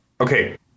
Okay